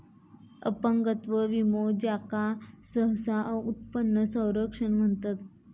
अपंगत्व विमो, ज्याका सहसा उत्पन्न संरक्षण म्हणतत